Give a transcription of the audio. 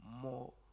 more